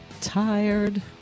tired